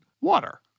water